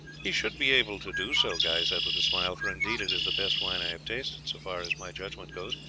he should be able to do so, guy said with a smile, for indeed it is the best wine i have tasted, so far as my judgment goes,